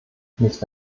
nicht